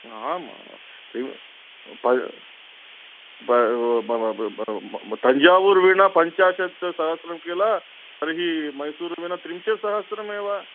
आमाम् तञ्जावूरुवीणा पञ्चाशत् सहस्रं किल तर्हि मैसूरुवीणा त्रिंशत् सहस्रमेव